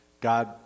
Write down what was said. God